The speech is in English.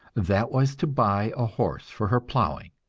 that was to buy a horse for her plowing